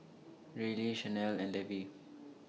Reilly Shanelle and Levy